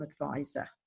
advisor